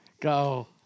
go